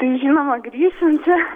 tai žinoma grįšim čia